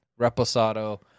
Reposado